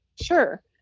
Sure